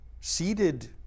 seated